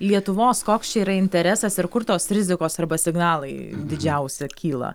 lietuvos koks čia yra interesas ir kur tos rizikos arba signalai didžiausia kyla